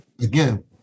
Again